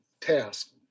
task